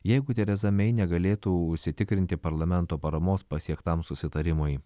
jeigu tereza mei negalėtų užsitikrinti parlamento paramos pasiektam susitarimui